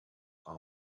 are